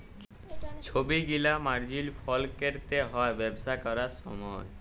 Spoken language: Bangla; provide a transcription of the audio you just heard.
ছব গিলা মার্জিল ফল ক্যরতে হ্যয় ব্যবসা ক্যরার সময়